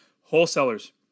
wholesalers